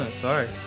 sorry